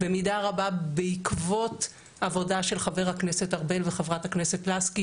במידה רבה בעקבות עבודה של חבר הכנסת ארבל וחברת הכנסת לסקי